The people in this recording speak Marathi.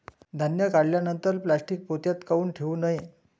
धान्य काढल्यानंतर प्लॅस्टीक पोत्यात काऊन ठेवू नये?